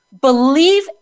believe